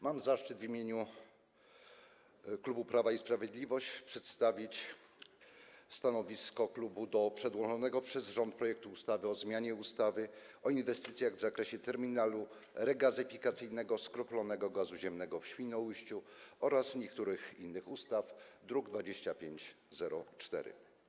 Mam zaszczyt w imieniu klubu Prawo i Sprawiedliwość przedstawić stanowisko klubu wobec przedłożonego przez rząd projektu ustawy o zmianie ustawy o inwestycjach w zakresie terminalu regazyfikacyjnego skroplonego gazu ziemnego w Świnoujściu oraz niektórych innych ustaw, druk nr 2504.